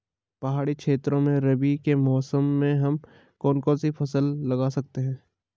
पहाड़ी क्षेत्रों में रबी के मौसम में हम कौन कौन सी फसल लगा सकते हैं?